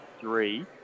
three